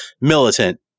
militant